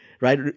right